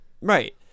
Right